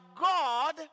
God